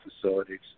facilities